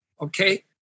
okay